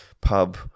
pub